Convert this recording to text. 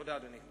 תודה, אדוני.